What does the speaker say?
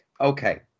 Okay